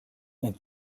ent